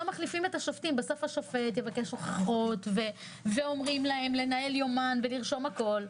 בסוף השופט יבקש הוכחות ואומרים להם לנהל יומן ולרשום הכול.